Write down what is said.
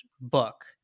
book